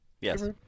Yes